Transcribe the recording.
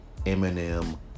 Eminem